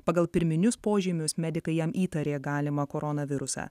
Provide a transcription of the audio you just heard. pagal pirminius požymius medikai jam įtarė galimą koronavirusą